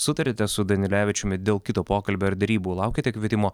sutarėte su danilevičiumi dėl kito pokalbio ar derybų laukiate kvietimo